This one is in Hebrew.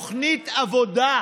עבודה.